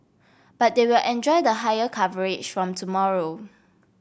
but they will enjoy the higher coverage from tomorrow